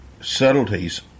subtleties